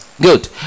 Good